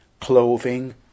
clothing